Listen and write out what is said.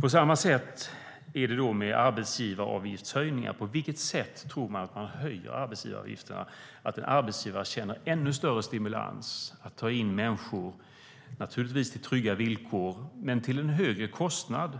På samma sätt är det också med arbetsgivaravgiftshöjningar. Om man höjer arbetsgivaravgifterna, på vilket sätt tror man då att en arbetsgivare känner ännu större stimulans att ta in människor, naturligtvis med trygga villkor, till en högre kostnad?